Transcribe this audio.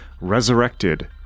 resurrected